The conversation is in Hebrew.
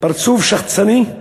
פרצוף שחצני,